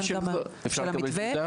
אפשר לקבל טיוטה?